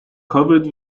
covered